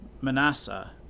Manasseh